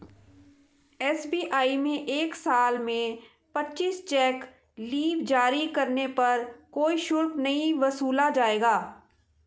SBI में एक साल में पच्चीस चेक लीव जारी करने पर कोई शुल्क नहीं वसूला जाएगा